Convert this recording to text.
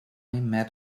met